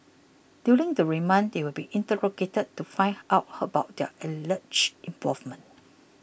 during the remand they will be interrogated to find out how about their alleged involvement